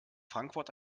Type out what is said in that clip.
frankfurt